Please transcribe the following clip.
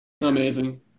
Amazing